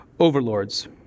overlords